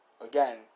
again